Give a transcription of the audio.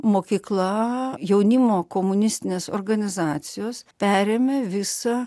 mokykla jaunimo komunistinės organizacijos perėmė visą